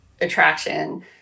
attraction